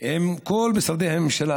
עם כל משרדי הממשלה,